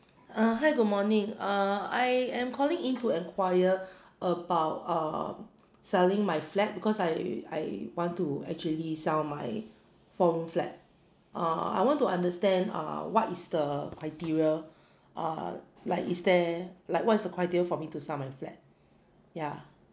uh hi good morning uh I am calling in to enquire about uh selling my flat because I I want to actually sell my home flat err I want to understand err what is the criteria err like is there like what is the criteria for me to sell my flat yeah